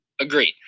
Agreed